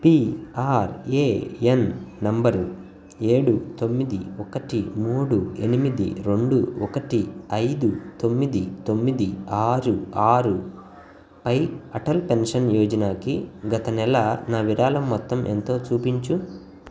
PRAN number ఏడు తొమ్మిది ఒకటి మూడు ఎనిమిది రెండు ఒకటి ఐదు తొమ్మిది తొమ్మిది ఆరు ఆరు పై అటల్ పెన్షన్ యోజనాకి గత నెల నా విరాళం మొత్తం ఎంతో చూపించు